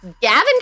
Gavin